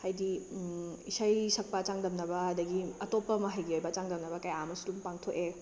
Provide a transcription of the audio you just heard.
ꯍꯥꯏꯗꯤ ꯏꯁꯩ ꯁꯛꯄ ꯆꯥꯡꯗꯝꯅꯕ ꯑꯗꯨꯗꯒꯤ ꯑꯇꯣꯞꯄ ꯃꯍꯩꯒꯤ ꯑꯣꯏꯕ ꯆꯥꯡꯗꯝꯅꯕ ꯀꯌꯥ ꯑꯃꯁꯨ ꯑꯗꯨꯃ ꯄꯥꯡꯊꯣꯛꯑꯦ